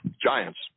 giants